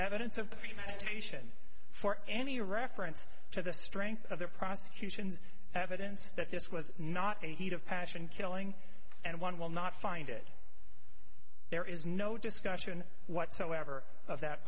evidence of premeditation for any reference to the strength of the prosecution's evidence that this was not a heat of passion killing and one will not find it there is no discussion whatsoever of that